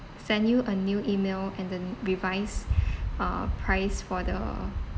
send you a new email and the revise uh price for the